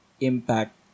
impact